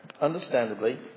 understandably